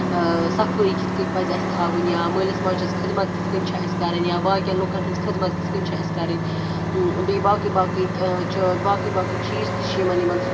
اۭں صفٲیی کِتھ کٔنۍ پَزِ اَسہِ تھاوٕنۍ یا مٲلِس ماجہِ ہنٛز خدمَت کِتھ کٔنۍ چھِ اَسہِ کَرٕنۍ یا باقین لُکَن ہنٛز خدمَت کِتھ کٔنۍ چھِ اَسہِ کَرٕنۍ بیٚیہِ باقٕے باقٕے چھُ باقٕے باقٕے چیٖز تہِ چھِ یِمن یِمن